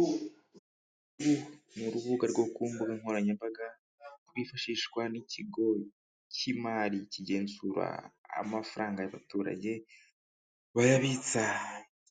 Uru ni urubuga rwo ku mbuga nkoranyambaga kifashishwa n'ikigo cy'imari kigenzura amafaranga y'abaturage bayabitsa